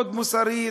מאוד מוסרית,